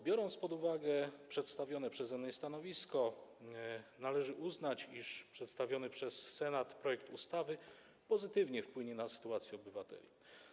Biorąc pod uwagę przedstawione przeze mnie stanowisko, należy uznać, iż przedstawiony przez Senat projekt ustawy pozytywnie wpłynie na sytuację obywateli.